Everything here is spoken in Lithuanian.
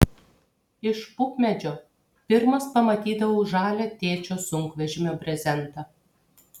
iš pupmedžio pirmas pamatydavau žalią tėčio sunkvežimio brezentą